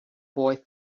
boy